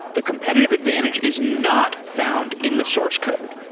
the competitive advantage is not found in the source code.